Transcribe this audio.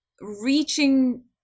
reaching